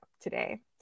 today